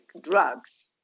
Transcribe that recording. drugs